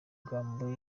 magambo